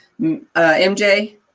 MJ